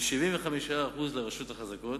ו-75% לרשויות החזקות.